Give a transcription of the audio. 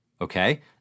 Okay